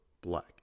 black